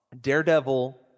Daredevil